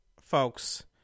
folks